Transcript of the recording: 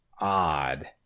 odd